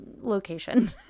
location